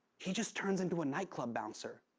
he just turns into a nightclub bouncer.